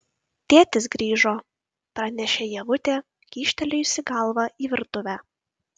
tėtis grįžo pranešė ievutė kyštelėjusi galvą į virtuvę